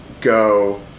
go